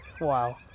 Wow